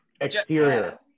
exterior